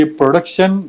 production